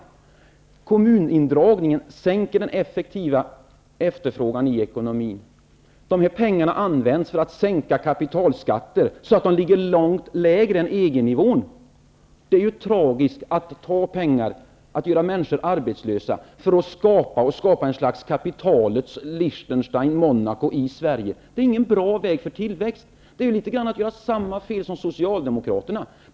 Kommunindragningen sänker den effektiva efterfrågan i ekonomin. Dessa pengar används för att sänka kapitalskatter så att de ligger lägre än EG-nivån. Det är tragiskt att man tar pengar och gör människor arbetslösa för att skapa ett slags kapitalets Lichtenstein och Monaco i Sverige. Det är ingen bra väg för tillväxt. Det är att göra samma fel som Socialdemokraterna.